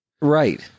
Right